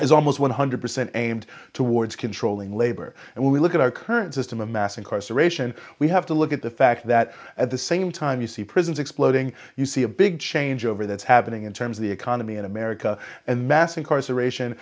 is almost one hundred percent aimed towards controlling labor and when we look at our current system of mass incarceration we have to look at the fact that at the same time you see prisons exploding you see a big change over that's happening in terms of the economy in america and mass incarceration